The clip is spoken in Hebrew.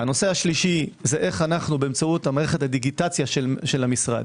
הנושא השלישי זה איך אנו באמצעות מערכת הדיגיטציה של המשרד